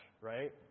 right